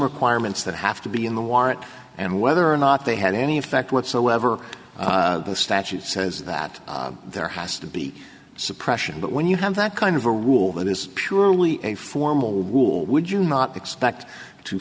requirements that have to be in the warrant and whether or not they had any effect whatsoever the statute says that there has to be suppression but when you have that kind of a rule that is surely a formal rule would you not expect to